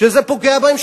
שזה פוגע בהם,